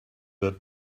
that